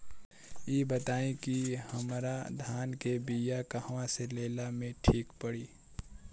इ बताईं की हमरा धान के बिया कहवा से लेला मे ठीक पड़ी?